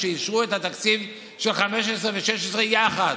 כשאישרו את התקציב של 2015 ו-2016 יחד.